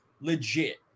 legit